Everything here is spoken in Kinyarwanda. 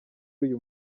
uyu